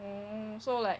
oh so like